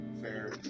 Fair